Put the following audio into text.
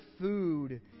food